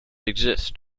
exist